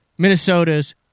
Minnesota's